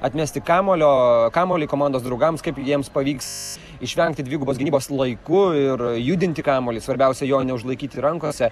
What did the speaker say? atmesti kamuolio kamuolį komandos draugams kaip jiems pavyks išvengti dvigubos gynybos laiku ir judinti kamuolį svarbiausia jo neužlaikyti rankose